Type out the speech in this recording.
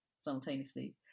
simultaneously